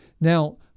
Now